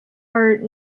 are